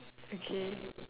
okay